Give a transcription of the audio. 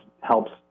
helps